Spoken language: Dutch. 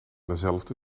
dezelfde